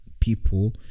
people